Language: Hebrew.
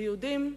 היהודים,